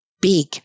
big